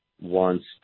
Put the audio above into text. wants